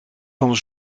van